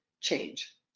change